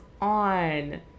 on